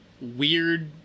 weird